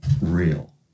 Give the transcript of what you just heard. real